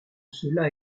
cela